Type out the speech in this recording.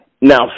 Now